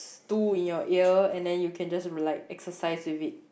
two in your ear and then you can just like exercise with it